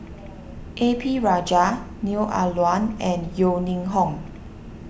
A P Rajah Neo Ah Luan and Yeo Ning Hong